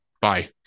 Bye